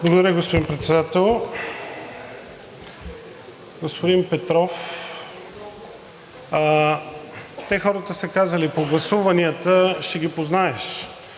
Благодаря, господин Председател. Господин Петров, те хората са казали – по гласуванията ще ги познаеш.